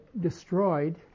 destroyed